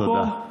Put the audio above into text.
תודה.